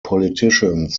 politicians